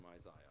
Isaiah